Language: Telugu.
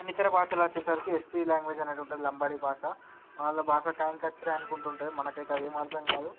అండ్ ఇతర భాషలు వచ్చేసరికి ఎస్టి లాంగ్వేజ్ అని ఉంటుంది లంబాడి భాష వాళ్ళ బాష కైన్ కచ్చిరే అనుకుంటూ ఉంటుంది మనకైతే అదేం అర్థం కాదు